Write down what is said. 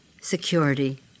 security